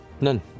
None